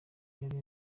yari